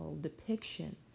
depiction